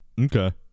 Okay